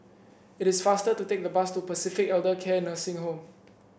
it is faster to take the bus to Pacific Elder Care Nursing Home